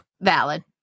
Valid